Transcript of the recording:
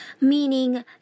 meaning